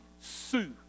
Sue